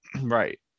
Right